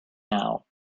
now